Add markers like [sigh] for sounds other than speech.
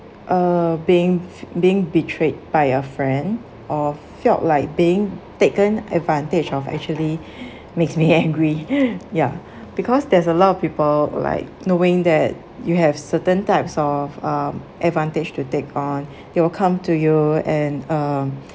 uh being being betrayed by a friend or felt like being taken advantage of actually [breath] makes me angry [breath] ya because there's a lot of people like knowing that you have certain types of um advantage to take on they will come to you and uh